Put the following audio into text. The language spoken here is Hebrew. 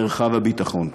מרחב הביטחון.